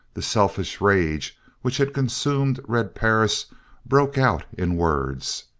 the selfish rage which had consumed red perris broke out in words.